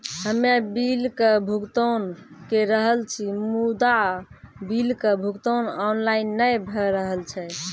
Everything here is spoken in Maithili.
हम्मे बिलक भुगतान के रहल छी मुदा, बिलक भुगतान ऑनलाइन नै भऽ रहल छै?